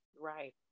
right